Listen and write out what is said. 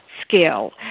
skill